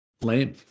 lame